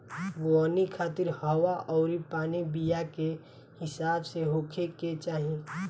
बोवनी खातिर हवा अउरी पानी बीया के हिसाब से होखे के चाही